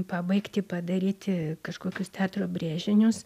pabaigti padaryti kažkokius teatro brėžinius